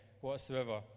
whatsoever